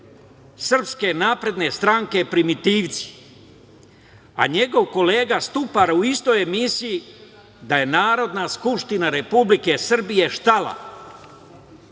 Srpske napredne stranke primitivci, a njegov kolega Stupar u istoj emisiji da je Narodna skupština Republike Srbije